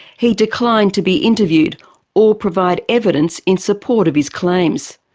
he declined to be interviewed or provide evidence in support of his claims,